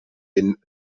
den